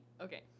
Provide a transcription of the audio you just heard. Okay